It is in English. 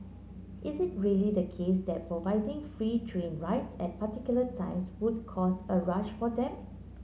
is it really the case that providing free train rides at particular times would cause a rush for them